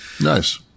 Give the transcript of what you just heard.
Nice